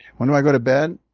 when do i go to bed?